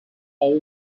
all